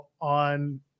on